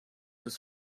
was